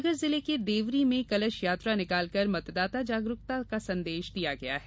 सागर जिले के देवरी में कलश यात्रा निकालकर मतदाता जागरूकता का संदेश दिया गया है